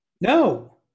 No